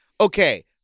okay